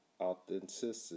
authenticity